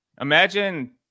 imagine